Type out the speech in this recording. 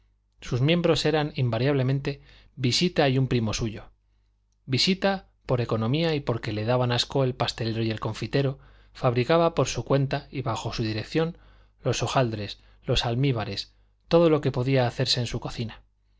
sus miembros eran invariablemente visita y un primo suyo visita por economía y porque le daban asco el pastelero y el confitero fabricaba por su cuenta y bajo su dirección los hojaldres los almíbares todo lo que podía hacerse en su cocina